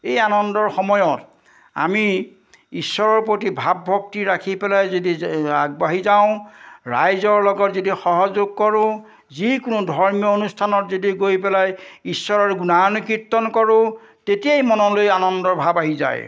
এই আনন্দৰ সময়ত আমি ঈশ্বৰৰ প্ৰতি ভাৱ ভক্তি ৰাখি পেলাই যদি আগবাঢ়ি যাওঁ ৰাইজৰ লগত যদি সহযোগ কৰোঁ যিকোনো ধৰ্মীয় অনুষ্ঠানত যদি গৈ পেলাই ঈশ্বৰৰ গুণানুকীৰ্তন কৰোঁ তেতিয়াই মনলৈ আনন্দৰ ভাৱ আহি যায়